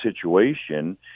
situation